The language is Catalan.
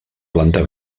planta